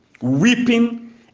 weeping